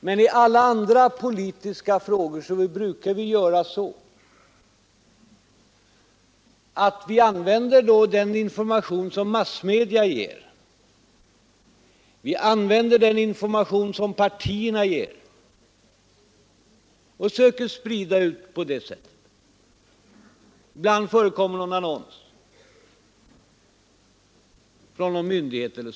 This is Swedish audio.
Men i alla andra politiska frågor brukar vi använda den information som massmedia och partierna ger, och vi söker på det sättet sprida upplysning. Ibland förekommer en annons från någon myndighet.